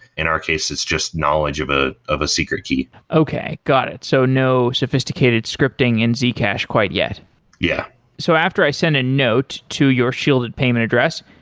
in our case, it's just knowledge of ah of a secret key okay. got it. so no no sophisticated scripting in zcash quite yet yeah so after i send a note to your shielded payment address,